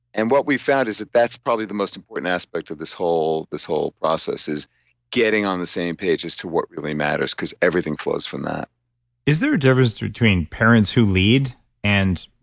and what we found is that that's probably the most important aspect of this whole this whole process is getting on the same page as to what really matters because everything flows from that is there a difference between parents who lead and.